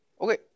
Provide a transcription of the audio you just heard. Okay